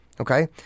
Okay